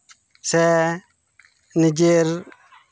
ᱥᱮ ᱱᱤᱡᱮᱨ